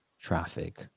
traffic